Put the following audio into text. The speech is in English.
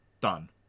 Done